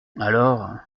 alors